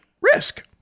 Risk